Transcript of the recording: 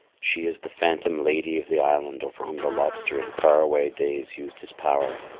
she is the phantom lady of the island over whom the lobster in far away days used his power.